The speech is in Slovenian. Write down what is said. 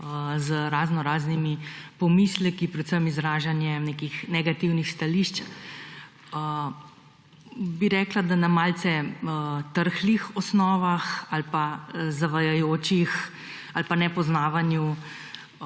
z raznoraznimi pomisleki, predvsem izražanjem nekih negativnih stališč, rekla bi, da na malce trhlih osnovah ali pa zavajajočih ali pa namernem